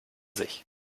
sich